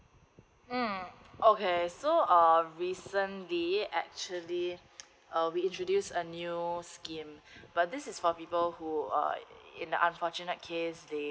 um okay so err recently actually uh we introduce a new scheme but this is for people who uh in the unfortunate case they